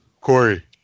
Corey